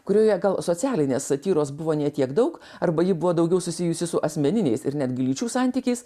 kurioje gal socialinės satyros buvo ne tiek daug arba ji buvo daugiau susijusi su asmeniniais ir netgi lyčių santykiais